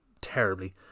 terribly